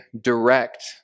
direct